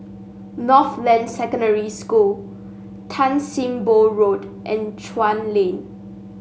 Northland Secondary School Tan Sim Boh Road and Chuan Lane